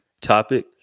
topic